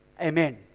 Amen